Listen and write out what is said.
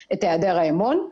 את היעדר האמון.